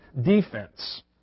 defense